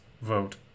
vote